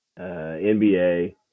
NBA